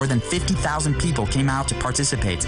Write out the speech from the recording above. כלומר, מי שמנקה לכלוך בסוף גם לא ילכלך.